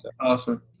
Awesome